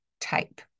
type